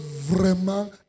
vraiment